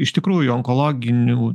iš tikrųjų onkologinių